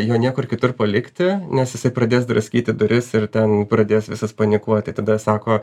jo niekur kitur palikti nes jisai pradės draskyti duris ir ten pradės visas panikuoti tada sako